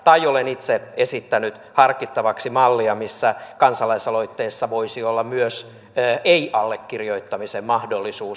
olen itse esittänyt harkittavaksi mallia missä kansalaisaloitteessa voisi olla myös ei allekirjoittamisen mahdollisuus